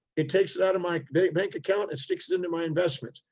it takes it out of my bank bank account and sticks it into my investments.